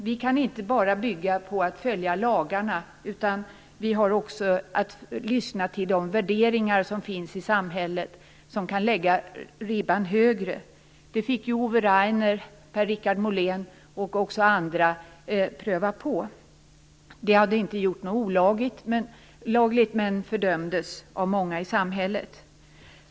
Vi kan inte bara följa lagarna, utan vi har också att lyssna på de värderingar som finns i samhället som kan lägga ribban högre. Det fick Ove Rainer, Per-Richard Molén och även andra erfara. De hade inte gjort något olagligt men fördömdes av många i samhället.